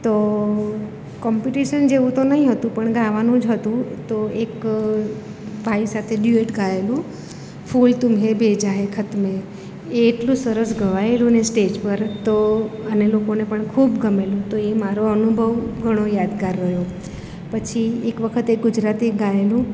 તો કોમ્પિટિશન જેવું તો નહીં હતું પણ ગાવાનું જ હતું તો એક ભાઈ સાથે ડ્યુઅટ ગાયેલું ફૂલ તુમ્હે ભેજા હૈ ખત મેં એ એટલું સરસ ગવાયેલું ને સ્ટેજ પર તો અને લોકોને પણ ખૂબ ગમેલું તો એ મારો અનુભવ ઘણો યાદગાર રહ્યો પછી એક વખતે ગુજરાતી ગાયનો